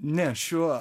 ne šiuo